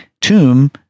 tomb